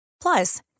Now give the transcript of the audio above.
Plus